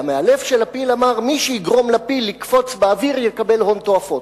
והמאלף של הפיל אמר: מי שיגרום לפיל לקפוץ באוויר יקבל הון תועפות.